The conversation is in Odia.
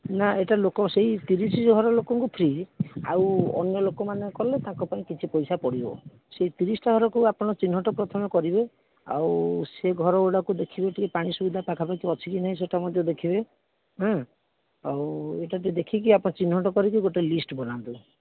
ନା ଏଇଟା ଲୋକ ସେଇ ତିରିଶ ଘର ଲୋକଙ୍କୁ ଫ୍ରି ଆଉ ଅନ୍ୟଲୋକମାନେ କଲେ ତାଙ୍କ ପାଇଁ କିଛି ପଇସା ପଡ଼ିବ ସେଇ ତିରିଶିଟା ଘରକୁ ଆପଣ ଚିହ୍ନଟ ପ୍ରଥମେ କରିବେ ଆଉ ସେ ଘରଗୁଡ଼ାକୁ ଦେଖିବେ ଟିକିଏ ପାଣି ସୁବିଧା ପାଖାପାଖି ଅଛିକି ନାଇଁ ସେଇଟା ମଧ୍ୟ ଦେଖିବେ ଏଁ ଆଉ ଏଇଟା ଟିକିଏ ଦେଖିକି ଆପଣ ଚିହ୍ନଟ କରିକି ଗୋଟେ ଲିଷ୍ଟ ବନାନ୍ତୁ